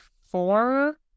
four